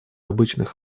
обычных